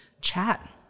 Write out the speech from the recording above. chat